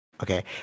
Okay